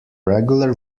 regular